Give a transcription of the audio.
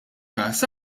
każ